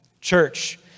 church